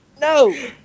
No